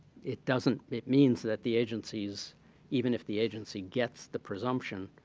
it doesn't it means that the agencies even if the agency gets the presumption,